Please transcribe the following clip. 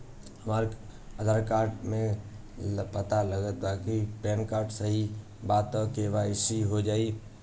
हमरा आधार कार्ड मे पता गलती बा त पैन कार्ड सही बा त के.वाइ.सी हो जायी?